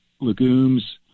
legumes